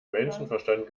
menschenverstand